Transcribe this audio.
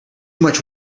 much